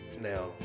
now